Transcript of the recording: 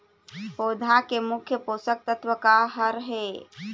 पौधा के मुख्य पोषकतत्व का हर हे?